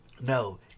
No